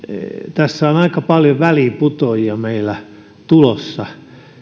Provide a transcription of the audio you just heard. tässä on aika paljon väliinputoajia meillä tulossa